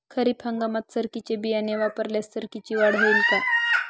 खरीप हंगामात सरकीचे बियाणे वापरल्यास सरकीची वाढ होईल का?